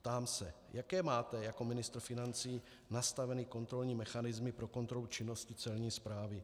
Ptám se, jaké máte jako ministr financí nastaveny kontrolní mechanismy pro kontrolu činnosti Celní správy.